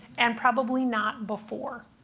and probably not before.